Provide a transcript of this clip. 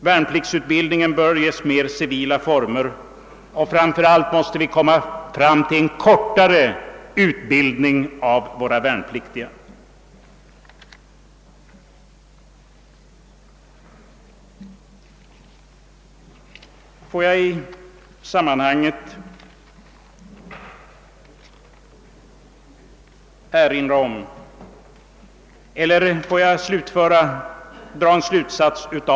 Värnpliktsutbildningen bör ges civila former, och framför allt måste det bli en kortare utbildning av de värnpliktiga.